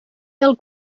del